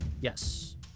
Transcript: Yes